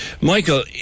Michael